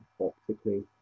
optically